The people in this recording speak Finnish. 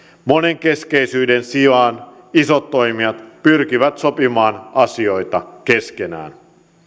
monenkeskisyyden sijaan isot toimijat pyrkivät sopimaan asioita keskenään